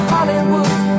Hollywood